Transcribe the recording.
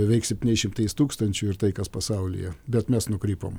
beveik septyniais šimtais tūkstančių ir tai kas pasaulyje bet mes nukrypom